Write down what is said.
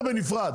למגדל.